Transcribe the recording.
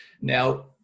now